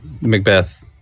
Macbeth